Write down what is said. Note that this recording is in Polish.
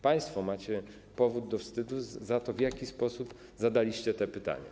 Państwo macie powód do wstydu za to, w jaki sposób zadaliście te pytania.